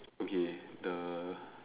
okay the